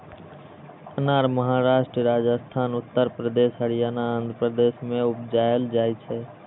अनार महाराष्ट्र, राजस्थान, उत्तर प्रदेश, हरियाणा, आंध्र प्रदेश मे उपजाएल जाइ छै